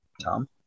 tom